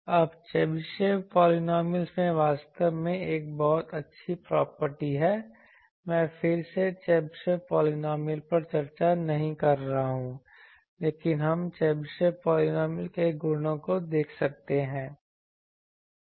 अब Chebyshev polynomial में वास्तव में एक बहुत अच्छी प्रॉपर्टी है मैं फिर से चेबेशेव पॉलिनॉमियल पर चर्चा नहीं कर रहा हूं लेकिन हम चेबेशेव पॉलिनॉमियल के गुणों को देख सकते हैं